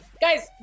guys